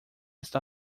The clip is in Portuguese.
está